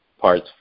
parts